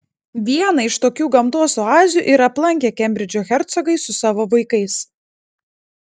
vieną iš tokių gamtos oazių ir aplankė kembridžo hercogai su savo vaikais